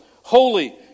holy